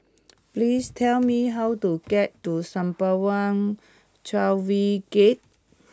please tell me how to get to Sembawang Wharves Gate